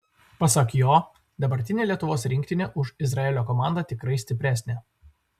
pasak jo dabartinė lietuvos rinktinė už izraelio komandą tikrai stipresnė